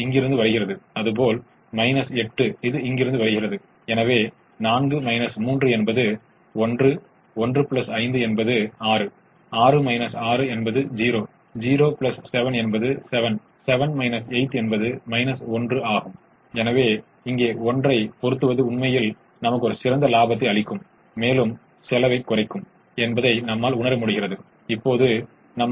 இப்போது இரட்டைக்கான முதன்மை மற்றும் சாத்தியமான தீர்வுகளுக்கான சாத்தியமான தீர்வுகளின் தொகுப்பைக் கொண்டு பலவீனமான இரட்டைத் தேற்றத்திற்கு என்ன நடக்கிறது என்று பார்ப்போம்